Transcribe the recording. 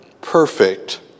perfect